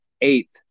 eighth